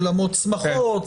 אולמות שמחה.